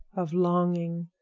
of longing,